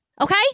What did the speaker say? okay